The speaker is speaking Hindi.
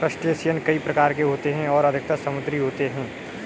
क्रस्टेशियन कई प्रकार के होते हैं और अधिकतर समुद्री होते हैं